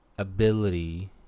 ability